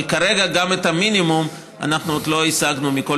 אבל כרגע גם את המינימום אנחנו עוד לא השגנו מכל